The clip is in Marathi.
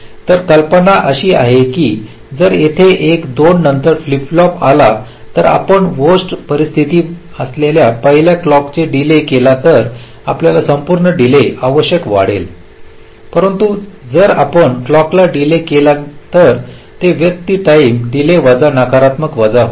तर कल्पना अशी आहे की जर तेथे एक 2 नंतर फ्लिप फ्लॉपआला जर आपण वोर्स्ट परिस्थिती असलेल्या पहिल्याच्या क्लॉक डीले केले तर आपली संपूर्ण डीले आवश्यकता वाढते परंतु जर आपण क्लॉक ला डीले केला तर ते व्यस्त टाईम डीले वजा नकारात्मक वजा होईल